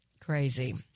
Crazy